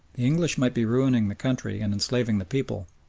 the english might be ruining the country and enslaving the people,